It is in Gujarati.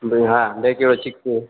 હા બે કિલો ચીકુ